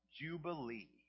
jubilee